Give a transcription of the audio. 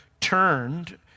turned